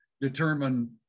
determine